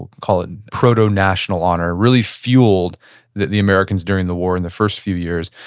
call it and proto-national honor, really fueled the americans during the war in the first few years,